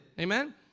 Amen